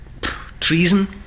treason